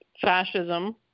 fascism